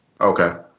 Okay